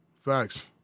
Facts